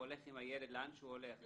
הוא הולך עם הילד לאן שהוא הולך.